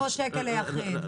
700 שקל ליחיד.